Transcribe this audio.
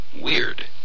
Weird